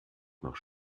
nach